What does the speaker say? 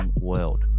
world